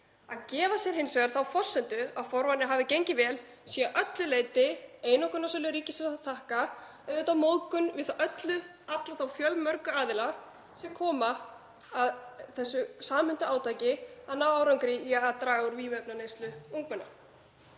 Að gefa sér hins vegar þá forsendu að það að forvarnir hafi gengið vel sé að öllu leyti einokunarsölu ríkisins að þakka er auðvitað móðgun við alla þá fjölmörgu aðila sem koma að þessu samhentu átaki, að ná árangri í að draga úr vímuefnaneyslu ungmenna.